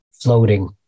floating